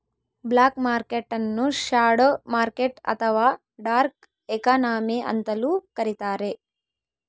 block market ನ್ನು shadow market ಅಥವಾ dark economy ಅಂತಲೂ ಕರಿತಾರೆ